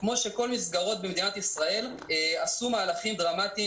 אבל אנחנו שומעים דברים אחרים בשטח.